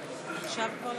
סיוע בשכר דירה,